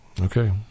Okay